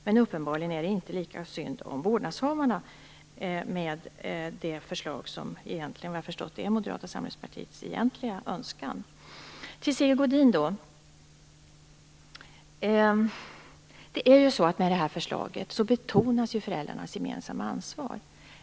Men uppenbarligen är det inte lika synd om vårdnadshavarna, enligt det förslag som, vad jag har förstått, är Moderata samlingspartiets egentliga önskan. Till Sigge Godin: Med detta förslag betonas ju föräldrarnas gemensamma ansvar.